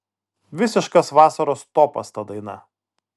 visiškas vasaros topas ta daina